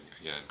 again